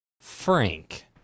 Frank